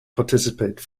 participate